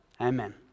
Amen